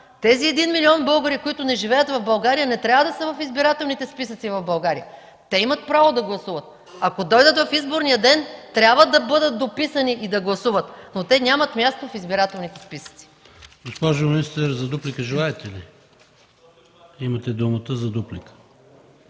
Тези един милион българи, които не живеят в България не трябва да са в избирателните списъци в България. Те имат право да гласуват. Ако дойдат в изборния ден трябва да бъдат дописани и да гласуват, но те нямат място в избирателните списъци. ПРЕДСЕДАТЕЛ ПАВЕЛ ШОПОВ: Госпожо министър, за дуплика желаете ли? Имате думата за дуплика.